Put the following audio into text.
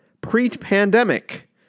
pre-pandemic